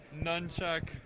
Nunchuck